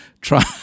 try